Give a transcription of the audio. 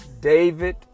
David